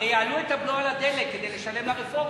הרי יעלו את הבלו על הדלק כדי לשלם לרפורמים.